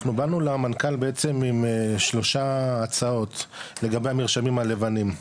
אנחנו באנו למנכ"ל בעצם עם שלושה הצעות לגבי המרשמים הלבנים,